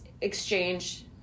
exchange